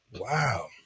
Wow